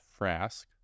Frask